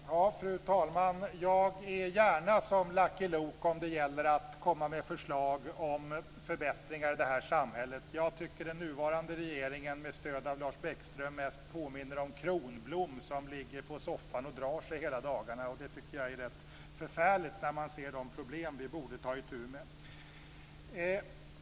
Fru talman! Jag är gärna som Lucky Luke när det gäller att komma med förslag om förbättringar i det här samhället. Jag tycker att den nuvarande regeringen, med stöd av Lars Bäckström, mest påminner om Kronblom som ligger på soffan och drar sig hela dagarna. Jag tycker att det är rätt förfärligt, när man ser de problem vi borde ta itu med.